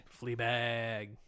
Fleabag